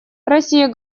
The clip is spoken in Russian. россия